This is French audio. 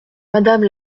madame